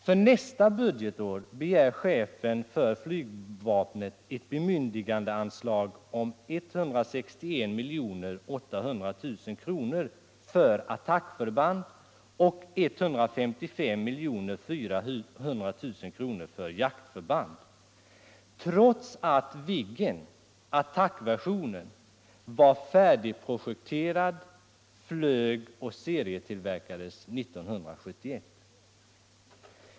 För nästa budgetår begär chefen för flygvapnet ett bemyndigandeanslag om 161,8 milj.kr. för attackförband och 155,4 milj.kr. för jaktförband, trots att Viggen, attackversionen var färdigprojekterad, flög och serietillverkades 1971.